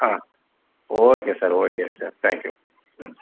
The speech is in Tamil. okay sir okay sir thank you ம்